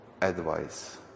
advice